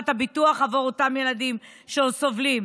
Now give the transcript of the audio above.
הביטוח בעבור אותם ילדים שסובלים.